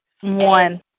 One